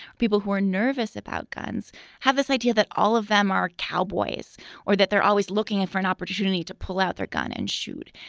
people who are nervous about guns have this idea that all of them are cowboys or that they're always looking and for an opportunity to pull out their gun and shoot.